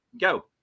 Go